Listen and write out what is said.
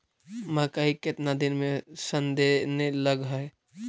मकइ केतना दिन में शन देने लग है?